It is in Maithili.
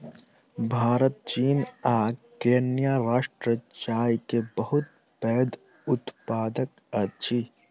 भारत चीन आ केन्या राष्ट्र चाय के बहुत पैघ उत्पादक अछि